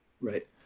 Right